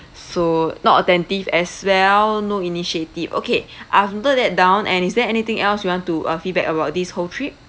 so not attentive as well no initiative okay I've noted that down and is there anything else you want to uh feedback about this whole trip